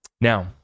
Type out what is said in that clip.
Now